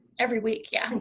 every week, yeah.